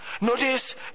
Notice